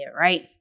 right